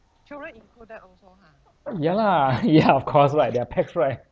ya lah ya of course right they are pax right